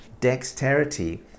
Dexterity